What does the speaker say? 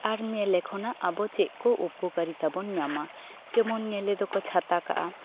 ᱟᱨ ᱧᱮᱞᱮ ᱠᱷᱚᱱᱟᱜ ᱟᱵᱚ ᱪᱮᱫ ᱠᱚ ᱩᱯᱚᱠᱟᱨᱤᱛᱟ ᱵᱚᱱ ᱧᱟᱢᱟ ᱡᱮᱢᱚᱱ ᱧᱮᱞᱮ ᱫᱚᱠᱚ ᱪᱷᱟᱛᱟ ᱠᱟᱜᱼᱟ